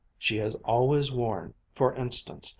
she has always worn, for instance,